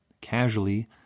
casually